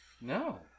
No